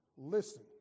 listen